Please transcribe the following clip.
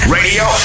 Radio